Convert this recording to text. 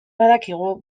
badakigu